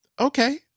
okay